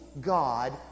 God